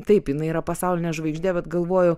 taip jinai yra pasaulinė žvaigždė vat galvoju